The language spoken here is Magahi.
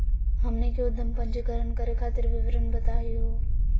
हमनी के उद्यम पंजीकरण करे खातीर विवरण बताही हो?